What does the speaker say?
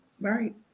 Right